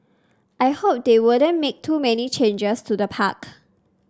I hope they won't make too many changes to the park